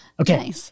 Okay